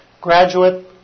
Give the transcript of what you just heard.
graduate